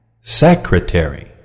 Secretary